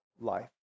life